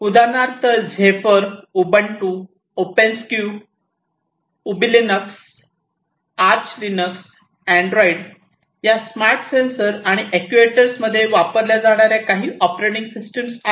उदाहरणार्थ Zephyr Ubuntu openSUSE uClinux Arch Linux अँड्रॉइडिंग या स्मार्ट सेन्सर आणि अॅक्ट्युएटर्समध्ये वापरल्या जाणार्या काही ऑपरेटिंग सिस्टम आहेत